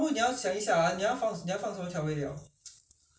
然后还有什么没有花花雕酒 lor